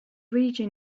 region